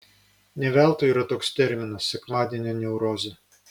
ne veltui yra toks terminas sekmadienio neurozė